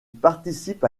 participe